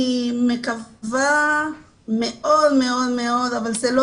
אני מקווה מאוד מאוד מאוד אבל זה לא